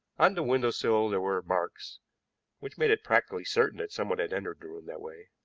on the window-sill there were marks which made it practically certain that someone had entered the room that way,